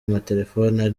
amatelefone